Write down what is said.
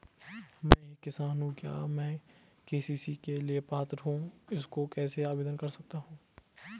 मैं एक किसान हूँ क्या मैं के.सी.सी के लिए पात्र हूँ इसको कैसे आवेदन कर सकता हूँ?